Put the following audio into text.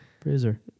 Freezer